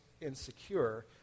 insecure